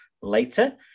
later